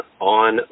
on